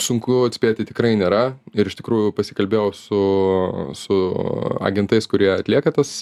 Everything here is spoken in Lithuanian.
sunku atspėti tikrai nėra ir iš tikrųjų pasikalbėjau su su agentais kurie atlieka tas